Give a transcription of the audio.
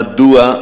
מדוע,